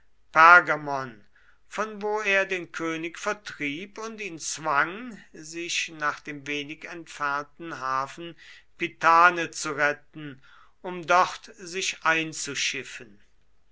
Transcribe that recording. pergamon von wo er den könig vertrieb und ihn zwang sich nach dem wenig entfernten hafen pitane zu retten um dort sich einzuschiffen